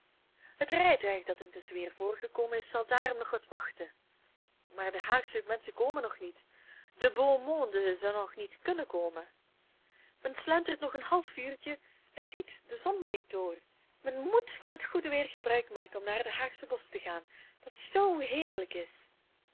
het rijtuig dat intusschen weer voorgekomen is zal daarom nog wat wachten maar de haagsche menschen komen nog niet de beau monde zou nog niet kunnen komen men slentert nog een half uurtje en ziet de zon breekt door men moet van het goede weer gebruik maken om naar het haagsche bosch te gaan dat zoo heerlijk is